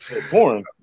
Porn